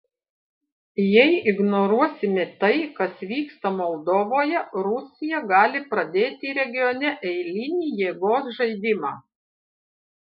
jei ignoruosime tai kas vyksta moldovoje rusija gali pradėti regione eilinį jėgos žaidimą